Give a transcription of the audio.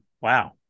Wow